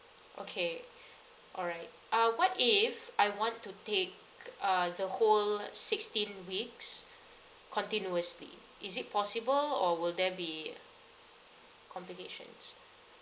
okay all right uh what if I want to take uh the whole sixteen weeks continuously is it possible or will there be complications